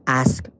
ask